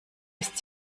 ist